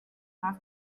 have